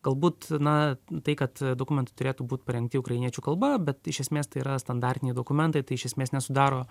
galbūt na tai kad dokumentai turėtų būt parengti ukrainiečių kalba bet iš esmės tai yra standartiniai dokumentai tai iš esmės nesudaro